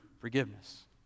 forgiveness